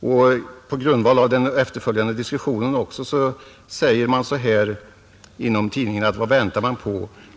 Med syftning på den efterföljande diskussionen säger tidningen: ”Vad väntar man då på?